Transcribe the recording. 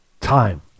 time